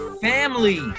family